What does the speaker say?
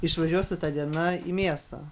išvažiuos su ta diena į mėsą